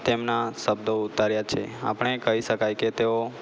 તેમના શબ્દો ઉતાર્યા છે આપણે કઈ શકાય કે તેઓ